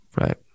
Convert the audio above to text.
Right